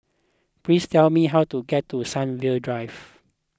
please tell me how to get to Sunview Drive